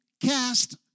cast